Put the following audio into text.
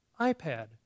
iPad